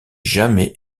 jamais